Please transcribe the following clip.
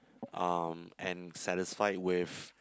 um and satisfied with